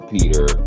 Peter